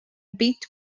bit